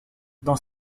dans